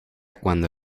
cuando